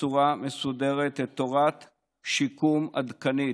בצורה מסודרת תורת שיקום עדכנית,